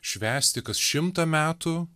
švęsti kas šimtą metų